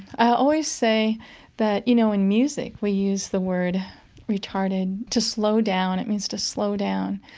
i always say that, you know, in music we use the word retarded to slow down. it means to slow down.